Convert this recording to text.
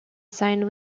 signed